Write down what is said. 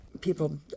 People